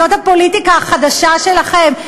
זאת הפוליטיקה החדשה שלכם?